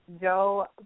Joe